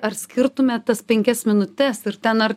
ar skirtume tas penkias minutes ir ten ar